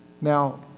Now